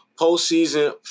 postseason